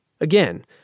Again